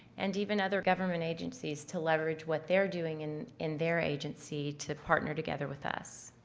and even other government agencies to leverage what they're doing in in their agency to partner together with us.